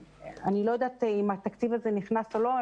אני לא יודעת אם הוא נכנס או לא.